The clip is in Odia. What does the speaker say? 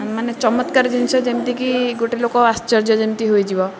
ମାନେ ଚମତ୍କାର ଜିନିଷ ଯେମିତିକି ଗୋଟିଏ ଲୋକ ଆଶ୍ଚର୍ଯ୍ୟ ଯେମିତି ହୋଇଯିବ